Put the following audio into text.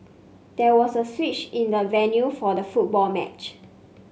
there was a switch in the venue for the football match